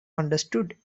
understood